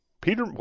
Peter